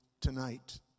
tonight